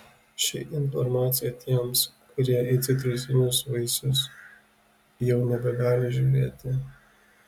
ši informacija tiems kurie į citrusinius vaisius jau nebegali žiūrėti